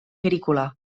agrícola